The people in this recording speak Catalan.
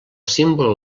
símbol